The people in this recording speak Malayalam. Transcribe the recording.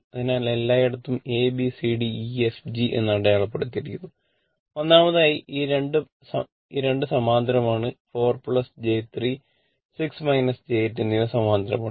അതിനാൽ എല്ലായിടത്തും a b c d e f g എന്ന് അടയാളപ്പെടുത്തിയിരിക്കുന്നു ഒന്നാമതായി ഈ 2 സമാന്തരമാണ് 4 j 3 6 j 8 എന്നിവ സമാന്തരമാണ്